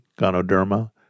gonoderma